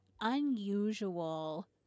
unusual